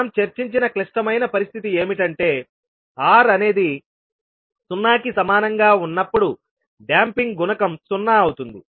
మనం చర్చించిన క్లిష్టమైన పరిస్థితి ఏమిటంటే R అనేది 0 కి సమానంగా ఉన్నప్పుడు డాంపింగ్ గుణకం 0 అవుతుంది